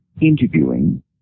interviewing